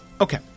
Okay